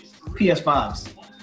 PS5s